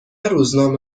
روزنامه